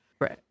Right